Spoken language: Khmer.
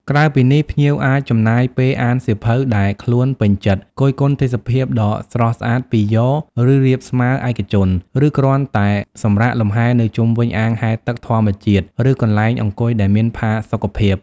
ក្រៅពីនេះ ភ្ញៀវអាចចំណាយពេលអានសៀវភៅដែលខ្លួនពេញចិត្ត គយគន់ទេសភាពដ៏ស្រស់ស្អាតពីយ៉រ ឬរាបស្មើរឯកជន ឬគ្រាន់តែសម្រាកលំហែនៅជុំវិញអាងហែលទឹកធម្មជាតិ ឬកន្លែងអង្គុយដែលមានផាសុកភាព។